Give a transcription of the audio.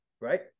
right